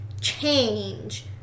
change